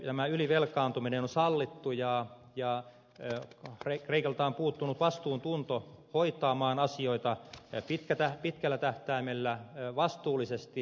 tämä ylivelkaantuminen on sallittu ja kreikalta on puuttunut vastuuntunto hoitaa maan asioita pitkällä tähtäimellä vastuullisesti